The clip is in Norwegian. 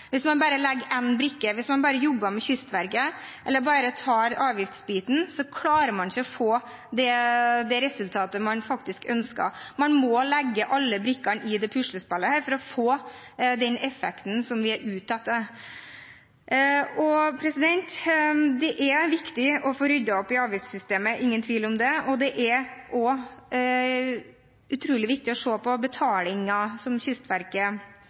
Hvis man bare legger én brikke, hvis man bare jobber med Kystverket eller bare tar avgiftsbiten, klarer man ikke å få det resultatet man faktisk ønsker. Man må legge alle brikkene i dette puslespillet for å få den effekten man er ute etter. Det er viktig å få ryddet opp i avgiftssystemet – ingen tvil om det – og det er også utrolig viktig å se på betalingen som Kystverket